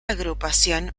agrupación